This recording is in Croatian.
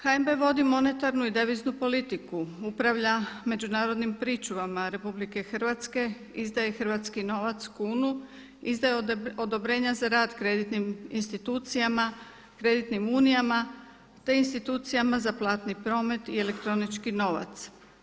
HNB vodi monetarnu i deviznu politiku, upravlja međunarodnim pričuvama Republike Hrvatske, izdaje hrvatski novac kunu, izdaje odobrenja za rad kreditnim institucijama, kreditnim unijama, te institucijama za platni promet i elektronički novac.